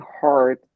hard